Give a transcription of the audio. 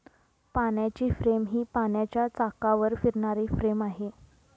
पाण्याची फ्रेम ही पाण्याच्या चाकावर फिरणारी फ्रेम आहे